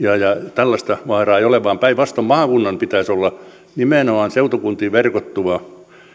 tällaista vaaraa ei ole vaan päinvastoin maakunnan pitäisi olla nimenomaan seutukuntiin verkottuva